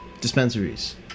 dispensaries